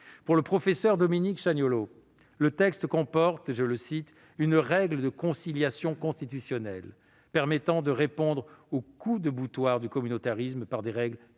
Pour le professeur Dominique Chagnollaud, le texte comporte « une règle de conciliation constitutionnelle », permettant de répondre aux coups de boutoir du communautarisme par des règles claires.